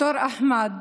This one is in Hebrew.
ד"ר אחמד,